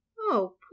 Oh